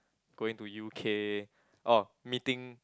going to U_K orh meeting